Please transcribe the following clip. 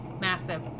Massive